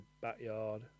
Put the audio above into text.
backyard